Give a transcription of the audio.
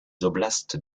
oblasts